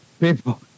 people